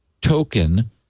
token